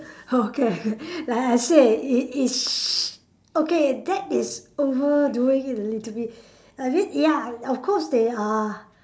okay like I said it is okay that is overdoing it a little bit I mean ya of course they uh